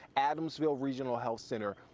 adamsville regional health center,